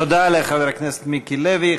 תודה לחבר הכנסת מיקי לוי.